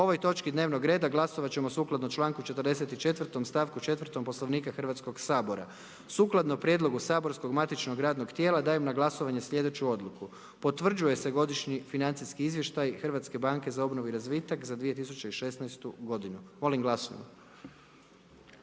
O ovoj točki dnevnog reda glasovat čekom sukladno članku 44. stavku 4. Poslovnika Hrvatskog sabora. Sukladno prijedlogu matičnog radnog tijela, dajem na glasovanje slijedeći zaključak. Prihvaća se Godišnje izvješće Hrvatske agencije za nadzor financijskih usluga za 2017. g., molim glasujmo.